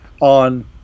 on